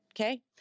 okay